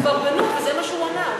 אז כבר פנו וזה מה שהוא ענה.